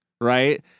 right